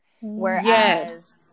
Whereas